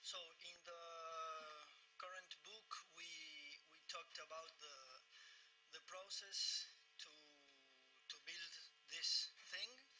so in the current book, we we talked about the the process to to build this thing.